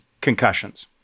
concussions